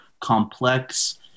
complex